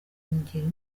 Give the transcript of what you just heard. kungira